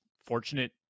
fortunate